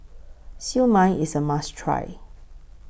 Siew Mai IS A must Try